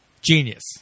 Genius